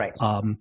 right